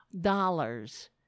dollars